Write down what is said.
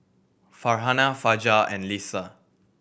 Farhanah Fajar and Lisa